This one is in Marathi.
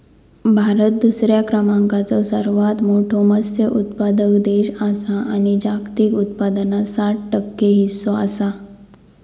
भारत दुसऱ्या क्रमांकाचो सर्वात मोठो मत्स्य उत्पादक देश आसा आणि जागतिक उत्पादनात सात टक्के हीस्सो आसा